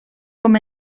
com